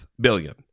billion